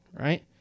Right